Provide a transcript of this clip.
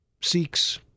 seeks